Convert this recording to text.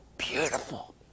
Beautiful